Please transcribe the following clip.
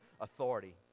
authority